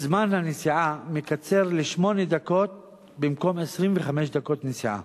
זמן הנסיעה מקצר לשמונה דקות במקום 25 דקות נסיעה.